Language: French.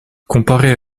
comparée